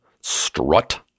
strut